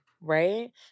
right